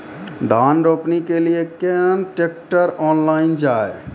धान रोपनी के लिए केन ट्रैक्टर ऑनलाइन जाए?